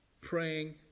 praying